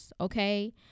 okay